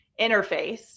interface